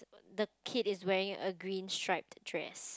the kid is wearing a green striped dress